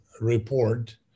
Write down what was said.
report